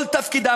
כל תפקידם,